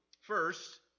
First